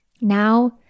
Now